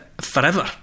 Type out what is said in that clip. forever